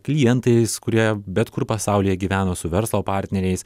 klientais kurie bet kur pasaulyje gyveno su verslo partneriais